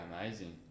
amazing